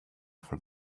for